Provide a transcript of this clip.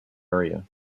area